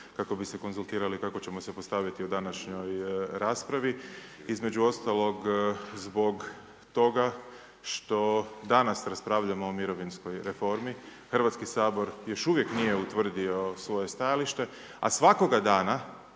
kako bi se konzultirali kako ćemo se postaviti u današnjoj raspravi. Između ostalog zbog toga što danas raspravljamo o mirovinskoj reformi, Hrvatski sabor još uvijek nije utvrdio svoje stajalište a svakoga dana